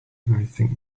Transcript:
think